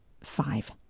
Five